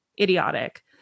idiotic